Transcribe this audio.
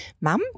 mum